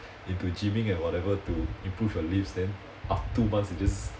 into gymming and whatever to improve your lifts then after two months you just